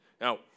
Now